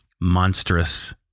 monstrous